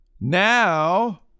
now